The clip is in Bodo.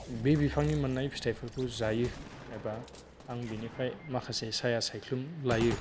बे बिफांनि मोननाय फिथाइफोरखौ जायो एबा आं बिनिफ्राय माखासे साया सायख्लुम लायो